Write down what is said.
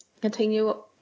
continue